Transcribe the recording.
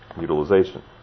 utilization